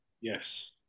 Yes